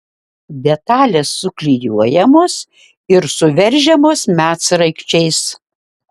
detalės suklijuojamos ir suveržiamos medsraigčiais